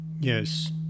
Yes